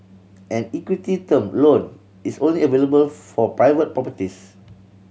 an equity term loan is only available for private properties